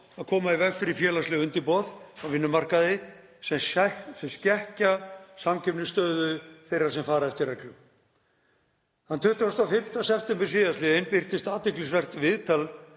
að koma í veg fyrir félagsleg undirboð á vinnumarkaði sem skekkja samkeppnisstöðu þeirra sem fara eftir reglum. Þann 25. september sl. birtist athyglisvert viðtal